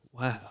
Wow